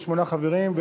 חברים,